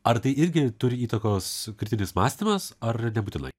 ar tai irgi turi įtakos kritinis mąstymas ar nebūtinai